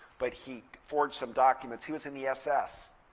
but he forged some documents. he was in the ss.